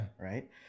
right